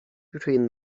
between